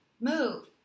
move